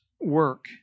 work